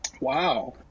Wow